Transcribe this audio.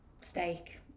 steak